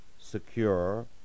secure